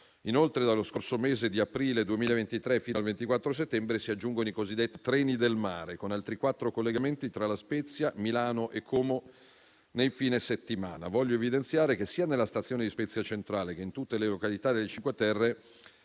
Inoltre, dallo scorso mese di aprile fino al 24 settembre si aggiungono i cosiddetti treni del mare, con altri quattro collegamenti tra La Spezia, Milano e Como nei fine settimana. Vorrei evidenziare che, sia nella stazione di La Spezia centrale che in tutte le località delle Cinque Terre,